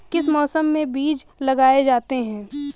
किस मौसम में बीज लगाए जाते हैं?